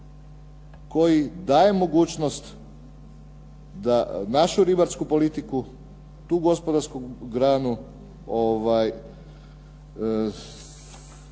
koji daje mogućnost da našu ribarsku politiku, tu gospodarsku granu da